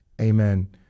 Amen